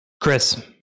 Chris